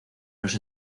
los